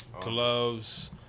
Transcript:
gloves